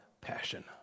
passion